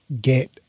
get